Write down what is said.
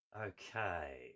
Okay